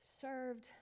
served